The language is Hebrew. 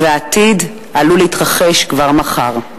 והעתיד עלול להתרחש כבר מחר.